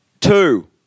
Two